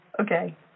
okay